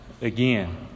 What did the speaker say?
again